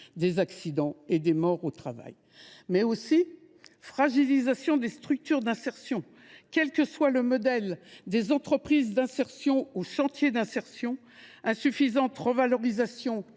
des accidents et des morts au travail. On note également une fragilisation des structures d’insertion, quel que soit le modèle, des entreprises d’insertion aux chantiers d’insertion, ainsi que la non revalorisation